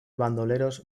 bandoleros